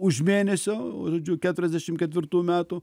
už mėnesio žodžiu keturiasdešim ketvirtų metų